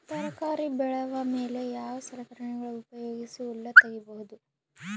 ತರಕಾರಿ ಬೆಳದ ಮೇಲೆ ಯಾವ ಸಲಕರಣೆಗಳ ಉಪಯೋಗಿಸಿ ಹುಲ್ಲ ತಗಿಬಹುದು?